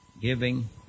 giving